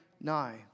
nigh